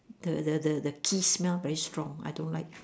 the the the the ghee smell very strong I don't like